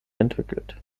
entwickelt